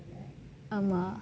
ஆமா:aamaa